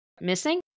missing